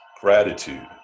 Gratitude